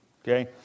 Okay